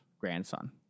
grandson